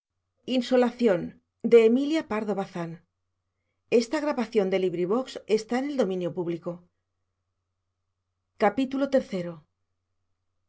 amorosa emilia pardo bazán a